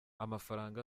amafaranga